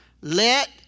Let